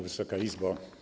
Wysoka Izbo!